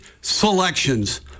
selections